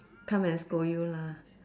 come and scold you lah